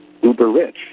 uber-rich